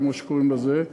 כמו שקוראים לזה,